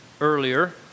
earlier